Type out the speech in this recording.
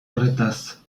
horretaz